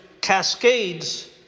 cascades